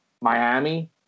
Miami